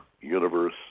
universe